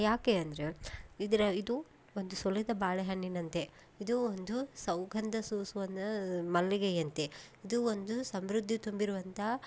ಯಾಕೆ ಅಂದರೆ ಇದರ ಇದು ಒಂದು ಸುಲಿದ ಬಾಳೆ ಹಣ್ಣಿನಂತೆ ಇದು ಒಂದು ಸುಗಂಧ ಸೂಸುವನ್ನ ಮಲ್ಲಿಗೆಯಂತೆ ಇದು ಒಂದು ಸಮೃದ್ಧಿ ತುಂಬಿರುವಂಥ